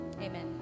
Amen